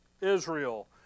Israel